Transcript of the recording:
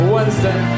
Wednesday